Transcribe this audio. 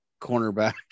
cornerback